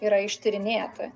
yra ištyrinėta